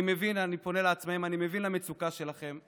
אני פונה לעצמאים, אני מבין את המצוקה שלכם.